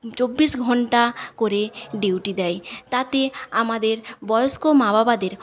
চব্বিশ ঘণ্টা করে ডিউটি দেয় তাতে আমাদের বয়স্ক মা বাবাদের